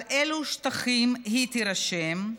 על אילו שטחים היא תירשם,